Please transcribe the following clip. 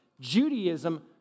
Judaism